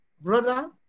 Brother